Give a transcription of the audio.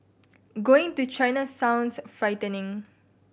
going to China sounds frightening